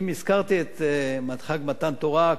אם הזכרתי את חג מתן תורה,